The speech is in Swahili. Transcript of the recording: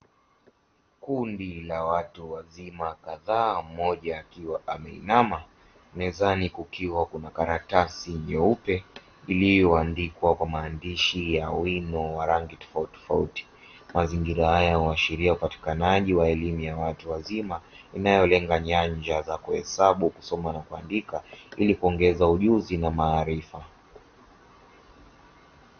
Kundi la watu wazima kadhaa, mmoja akiwa ameinama mezani kukiwa kuna karatasi nyeupe iliyoandikwa kwa maandishi ya wino wa rangi tofauti tofauti. Mazingira haya huashiria upatikanaji wa elimu ya watu wazima inayolenga nyanja za kuhesabu, kusoma na kuandika ili kuongeza ujuzi na maarifa.